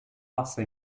passa